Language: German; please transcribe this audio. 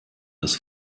das